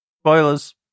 Spoilers